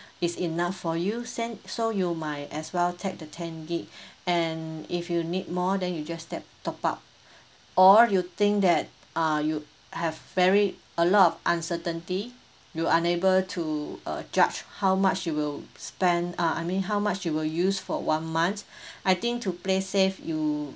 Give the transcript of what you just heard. it's enough for you same so you might as well take the ten gig and if you need more than you just take top up or you think that uh you have very a lot of uncertainty you unable to uh judge how much you will spend uh I mean how much you will use for one month I think to play safe you